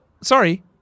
sorry